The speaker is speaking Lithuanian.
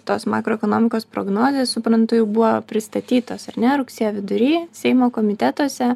tos makroekonomikos prognozės suprantu jau buvo pristatytos ar ne rugsėjo vidury seimo komitetuose